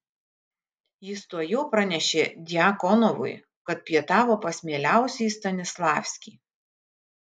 jis tuojau pranešė djakonovui kad pietavo pas mieliausiąjį stanislavskį